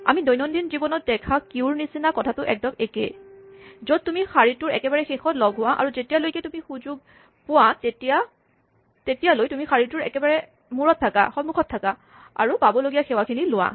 আমি দৈনন্দিন জীৱনত দেখা কিউৰ নিচিনা কথাটো একদম একে য'ত তুমি শাৰীটোৰ একেবাৰে শেষত লগ হোৱা আৰু যেতিয়ালৈ তুমি সুযোগ পোৱা তেতিয়ালৈ তুমি শাৰীটোৰ একেবাৰে মূৰত থাকা আৰু পাবলগীয়া সেৱাখিনি লোৱা